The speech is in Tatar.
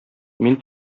мин